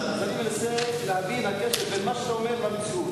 אני מנסה להבין את הקשר בין מה שאתה אומר למציאות.